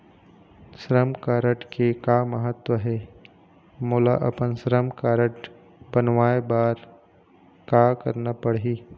श्रम कारड के का महत्व हे, मोला अपन श्रम कारड बनवाए बार का करना पढ़ही?